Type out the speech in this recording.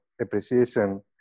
appreciation